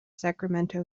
sacramento